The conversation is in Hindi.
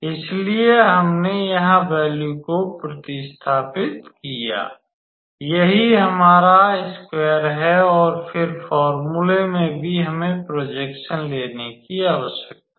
इसलिए हमने यहां वैल्यू को प्रतिस्थापित किया यही हमारा स्कवेर है और फिर फोर्मूले में भी हमें प्रॉजेक्शन लेने की आवश्यकता है